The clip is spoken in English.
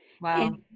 Wow